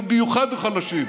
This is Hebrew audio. ובמיוחד החלשים.